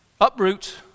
Uproot